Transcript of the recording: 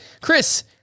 Chris